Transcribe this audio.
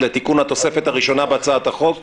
לתיקון התוספת הראשונה בהצעת החוק,